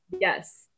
yes